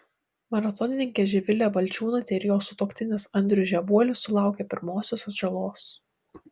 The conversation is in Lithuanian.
maratonininkė živilė balčiūnaitė ir jos sutuoktinis andrius žebuolis sulaukė pirmosios atžalos